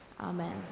Amen